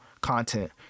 content